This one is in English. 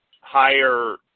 higher